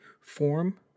form